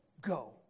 go